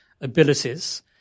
abilities